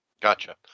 Gotcha